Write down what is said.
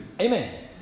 Amen